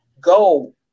go